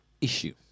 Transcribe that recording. issue